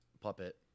puppet